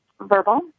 verbal